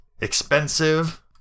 expensive